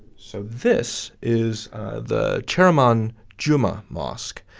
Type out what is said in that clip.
so this is the cheraman juma mosque.